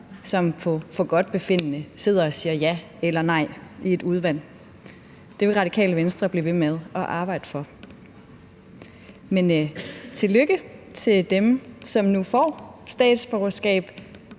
som efter forgodtbefindende sidder og siger ja eller nej i et udvalg. Det vil Det Radikale Venstre bliver ved med at arbejde for. Men tillykke til dem, som nu får statsborgerskab.